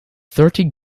thirty